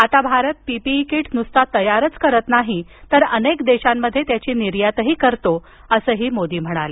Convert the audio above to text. आता Bharat PPE kit नुसता तयारच करत नाही तर अनेक देशांमध्ये त्याची निर्यातही करतो असंही मोदी म्हणाले